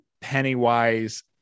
Pennywise